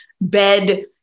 bed